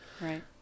right